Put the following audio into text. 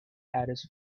harris